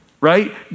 right